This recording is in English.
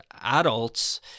adults